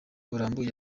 burambuye